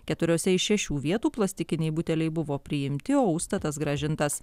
keturiose iš šešių vietų plastikiniai buteliai buvo priimti o užstatas grąžintas